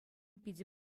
питӗ